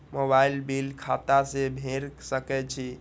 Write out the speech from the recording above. Mobile bill खाता से भेड़ सके छि?